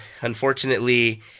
Unfortunately